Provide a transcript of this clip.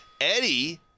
Eddie